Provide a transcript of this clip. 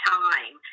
time